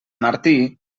martí